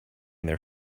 their